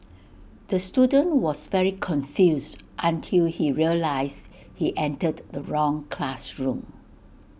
the student was very confused until he realised he entered the wrong classroom